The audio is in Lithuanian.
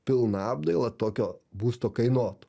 pilna apdaila tokio būsto kainuotų